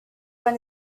when